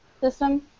system